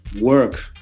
work